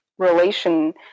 relation